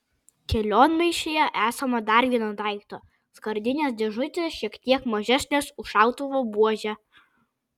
kelionmaišyje esama dar vieno daikto skardinės dėžutės šiek tiek mažesnės už šautuvo buožę